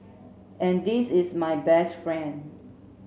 and this is my best friend